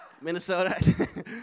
Minnesota